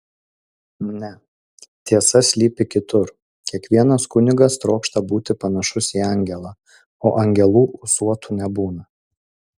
ne tiesa slypi kitur kiekvienas kunigas trokšta būti panašus į angelą o angelų ūsuotų nebūna